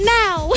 now